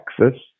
Texas